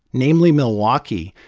namely milwaukee,